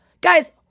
guys –